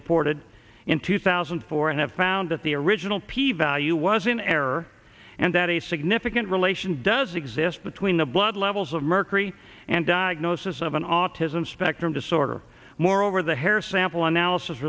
reported in two thousand and four and have found that the original p value was in error and that a significant relation does exist between the blood levels of mercury and diagnosis of an autism spectrum disorder moreover the hair sample analysis